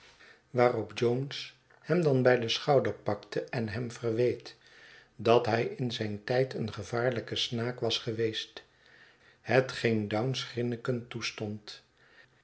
waarop jones hem dan bij den schouder pakte en hem verweet dat hij in zijn tijd een gevaarlijke snaak was geweest hetgeen dounce grinnikend toestond